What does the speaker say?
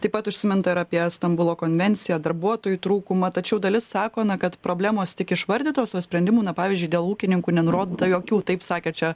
taip pat užsiminta apie stambulo konvenciją darbuotojų trūkumą tačiau dalis sako na kad problemos tik išvardytos o sprendimų na pavyzdžiui dėl ūkininkų nenurodyta jokių taip sakė čia